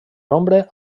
nombre